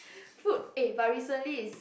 food eh but recently is